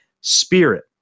spirit